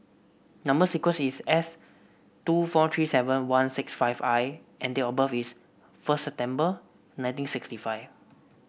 number sequence is S two four three seven one six five I and date of birth is first September nineteen sixty five